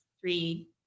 three